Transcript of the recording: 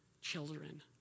Children